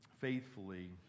faithfully